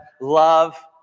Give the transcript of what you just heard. Love